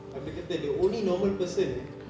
abeh dia kata the only normal person eh